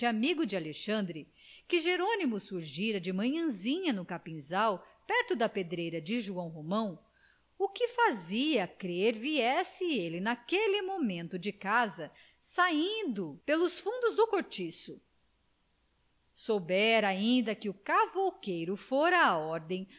amigo de alexandre que jerônimo surgira de manhãzinha do capinzal perto da pedreira de joão romão o que fazia crer viesse ele naquele momento de casa saindo pelos fundos do cortiço soubera ainda que o cavouqueiro fora à ordem